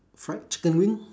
fried chicken wings